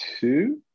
two